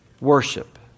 worship